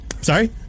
Sorry